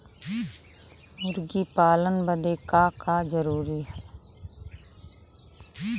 मुर्गी पालन बदे का का जरूरी ह?